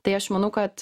tai aš manau kad